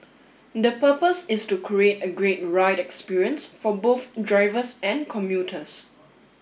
the purpose is to create a great ride experience for both drivers and commuters